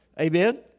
Amen